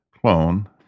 clone